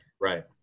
Right